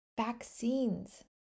vaccines